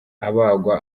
abagwa